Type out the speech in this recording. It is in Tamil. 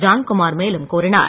ஜான்குமார் மேலும் கூறினார்